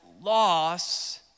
loss